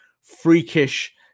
freakish